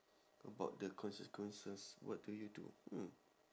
about the consequences what do you do mm